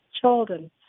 children